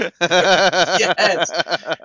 Yes